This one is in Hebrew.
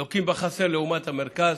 בכלל, לוקים בחסר לעומת המרכז.